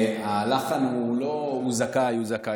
הלחן הוא לא: הוא זכאי, הוא זכאי.